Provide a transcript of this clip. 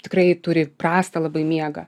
tikrai turi prastą labai miegą